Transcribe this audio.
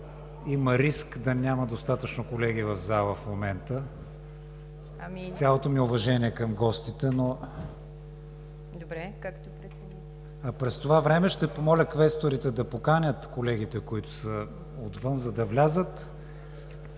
има риск да няма достатъчно колеги в залата в момента. С цялото ми уважение към гостите, но… През това време ще помоля квесторите да поканят колегите, които са отвън, за да влязат.